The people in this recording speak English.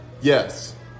Yes